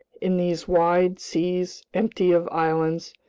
in these wide seas empty of islands,